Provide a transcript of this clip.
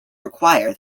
require